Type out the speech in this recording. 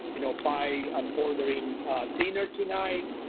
you know. by um ordering dinner tonight.